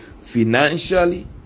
financially